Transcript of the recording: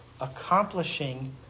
accomplishing